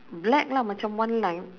black lah macam one line